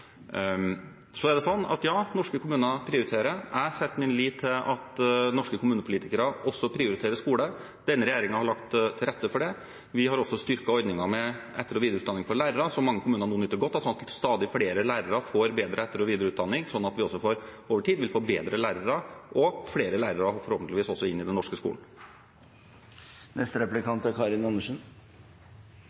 Så er det sånn at norske kommuner prioriterer. Jeg setter min lit til at norske kommunepolitikere også prioriterer skole. Denne regjeringen har lagt til rette for det. Vi har også styrket ordningen med etter- og videreutdanning for lærere, som mange kommuner nå nyter godt av, sånn at stadig flere lærere får bedre etter- og videreutdanning slik at vi over tid vil få bedre lærere og forhåpentligvis også flere lærere inn i den norske